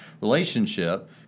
relationship